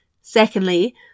Secondly